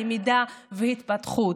בלמידה ובהתפתחות.